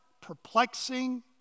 perplexing